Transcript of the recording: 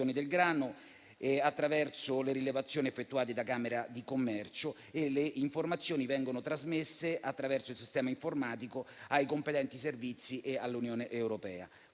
del grano attraverso le rilevazioni effettuate dalla camera di commercio e le informazioni vengono trasmesse, attraverso il sistema informatico, ai competenti servizi e all'Unione europea.